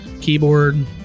keyboard